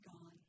gone